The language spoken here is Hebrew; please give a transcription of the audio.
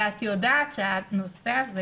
את יודעת שהנושא הזה